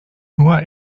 nur